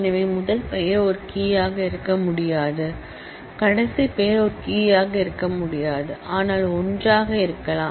எனவே முதல் பெயர் ஒரு கீ ஆக இருக்க முடியாது கடைசி பெயர் ஒரு கீ ஆக இருக்க முடியாது ஆனால் ஒன்றாக இருக்கலாம்